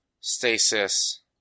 stasis